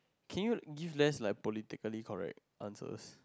can you give less like politically correct answers